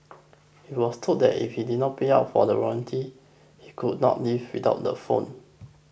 he was told that if he did not pay up for the warranty he could not leave without the phone